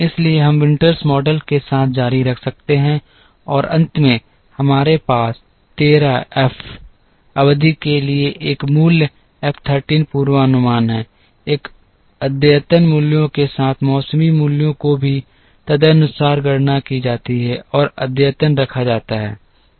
इसलिए हम Winters model के साथ जारी रख सकते हैं और अंत में हमारे पास 13 एफ अवधि के लिए एक मूल्य एफ 13 पूर्वानुमान है एक अद्यतन मूल्यों के साथ मौसमी मूल्यों को भी तदनुसार गणना की जाती है और अद्यतन रखा जाता है